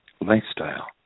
lifestyle